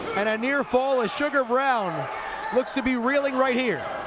and a near fall as sugar brown looks to be reeling right here